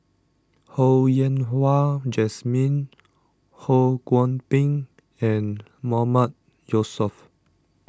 Ho Yen Wah Jesmine Ho Kwon Ping and Mahmood Yusof